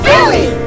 Billy